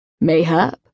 Mayhap